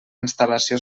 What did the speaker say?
instal·lació